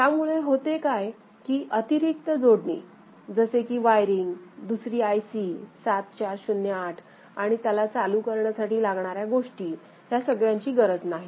त्यामुळे होते काय कीअतिरिक्त जोडणी जसे की वायरिंग दुसरी आय सी 7408 आणि त्याला चालू करण्यासाठी लागणाऱ्या गोष्टी या सगळ्याची गरज नाही